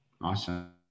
Awesome